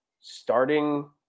starting